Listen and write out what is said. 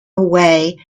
away